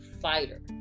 fighter